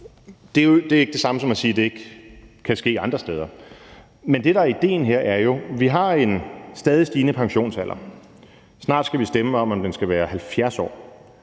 Det er ikke det samme som at sige, at det ikke kan ske andre steder. Men det, der er idéen her, er jo, at vi har en stadig stigende pensionsalder, snart skal vi stemme om, om den skal være 70 år,